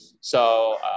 So-